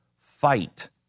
fight